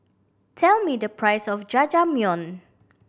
tell me the price of Jajangmyeon